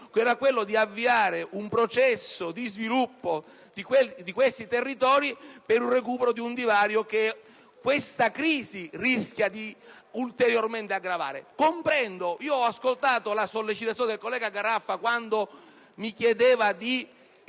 era quello di avviare un processo di sviluppo di questi territori per il recupero di un divario che l'attuale crisi rischia di aggravare ulteriormente. Ho ascoltato la sollecitazione del collega Garraffa quando mi chiedeva di